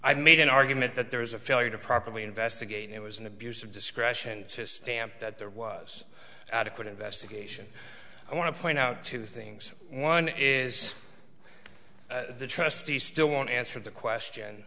i made an argument that there was a failure to properly investigate it was an abuse of discretion to stamp that there was adequate investigation i want to point out two things one is the trustees still won't answer the question